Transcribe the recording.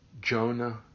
Jonah